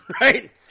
right